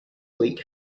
bleak